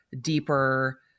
deeper